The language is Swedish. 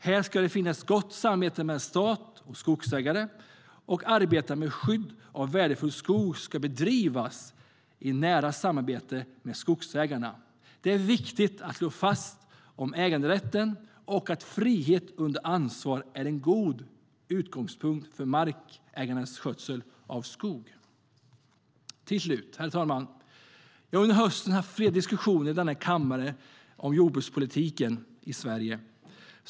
Det ska finnas ett gott samarbete mellan stat och skogsägare, och arbetet med skydd av värdefull skog ska bedrivas i nära samarbete med skogsägarna. Det är viktigt att slå fast att äganderätt och frihet under ansvar är en god utgångspunkt för markägarnas skötsel av skog. Herr talman! Jag har under hösten haft flera diskussioner i denna kammare om jordbrukspolitiken i Sverige.